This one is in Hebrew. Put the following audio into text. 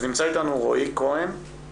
נמצא איתנו רועי כהן,